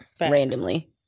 randomly